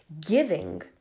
giving